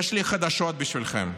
יש לי חדשות בשבילכם: